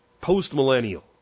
post-millennial